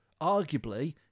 arguably